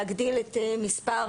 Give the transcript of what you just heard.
להגדיל את מספר